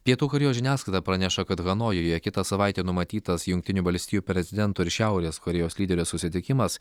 pietų korėjos žiniasklaida praneša kad hanojuje kitą savaitę numatytas jungtinių valstijų prezidento ir šiaurės korėjos lyderio susitikimas